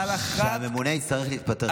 שהממונה יצטרך להתפטר.